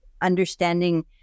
understanding